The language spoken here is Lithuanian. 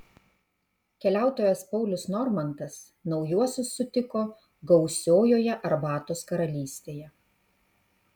keliautojas paulius normantas naujuosius sutiko gausiojoje arbatos karalystėje